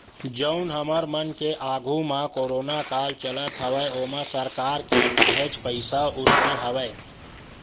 जउन हमर मन के आघू म कोरोना काल चलत हवय ओमा सरकार के काहेच पइसा उरके हवय